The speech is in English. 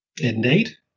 Indeed